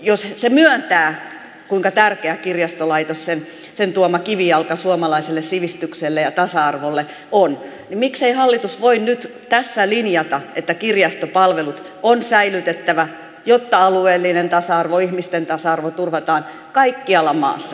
jos hallitus myöntää kuinka tärkeä kirjastolaitos sen tuoma kivijalka suomalaiselle sivistykselle ja tasa arvolle on niin miksei hallitus voi nyt tässä linjata että kirjastopalvelut on säilytettävä jotta alueellinen tasa arvo ihmisten tasa arvo turvataan kaikkialla maassa